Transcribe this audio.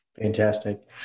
Fantastic